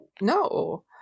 no